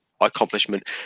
accomplishment